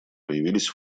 появились